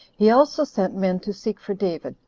he also sent men to seek for david,